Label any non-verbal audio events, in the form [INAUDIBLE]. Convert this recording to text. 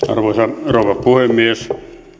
[UNINTELLIGIBLE] arvoisa rouva puhemies